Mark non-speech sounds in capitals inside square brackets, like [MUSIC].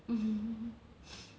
mmhmm [NOISE]